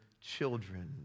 children